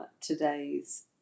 today's